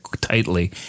tightly